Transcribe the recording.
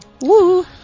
Woo